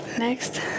Next